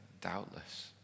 doubtless